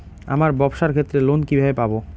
আমার ব্যবসার ক্ষেত্রে লোন কিভাবে পাব?